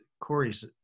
Corey's